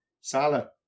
Salah